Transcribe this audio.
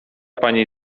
pani